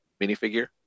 minifigure